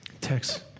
Tex